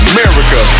America